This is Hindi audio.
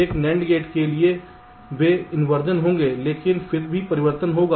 एक NAND के लिए वे इंवर्जन होंगे लेकिन फिर भी परिवर्तन होगा